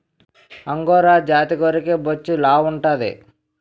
angora జాతి గొర్రెకి బొచ్చు లావుంటాది